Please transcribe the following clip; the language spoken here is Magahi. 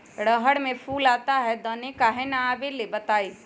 रहर मे फूल आता हैं दने काहे न आबेले बताई?